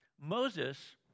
Moses